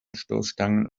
stoßstangen